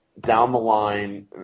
down-the-line